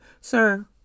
Sir